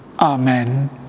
Amen